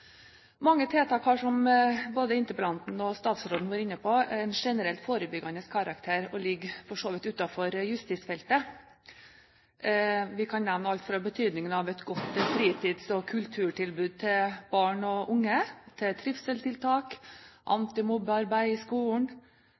Mange tiltak har, som både interpellanten og statsråden var inne på, en generell forebyggende karakter og ligger for så vidt utenfor justisfeltet. Vi kan nevne alt fra betydningen av et godt fritids- og kulturtilbud til barn og unge, til trivselstiltak, antimobbearbeid i skolen,